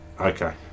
Okay